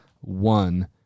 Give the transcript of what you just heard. one